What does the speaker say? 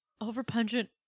Overpungent